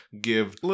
give